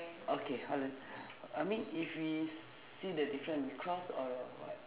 okay hold on I mean if we see the different cross or what